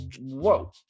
Whoa